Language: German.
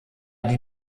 die